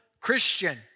Christian